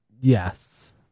Yes